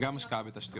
וגם השקעה בתשתיות.